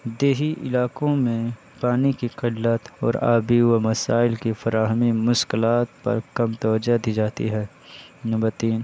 دیہی علاقوں میں پانی کی قلت اور آبی و مسائل کی فراہمی مشکلات پر کم توجہ دی جاتی ہے نمبر تین